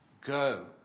go